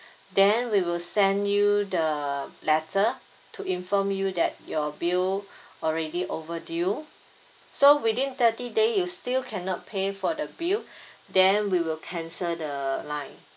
then we will send you the letter to inform you that your bill already overdue so within thirty day you still cannot pay for the bill then we will cancel the line